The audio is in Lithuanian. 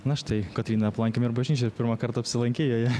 na štai kotryna aplankėm ir bažnyčią ir pirmą kartą apsilankei joje